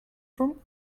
from